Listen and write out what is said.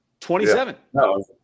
27